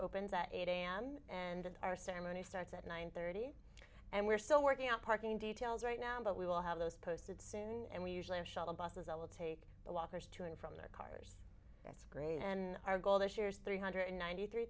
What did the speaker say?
opens at eight am and our ceremony starts at nine thirty and we're still working out parking details right now but we will have those posted soon and we usually the shuttle buses i will take the lockers to and from there that's great and our goal this year is three hundred ninety three